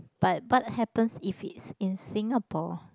but but happens if it's in Singapore